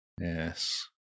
Yes